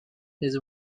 his